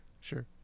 sure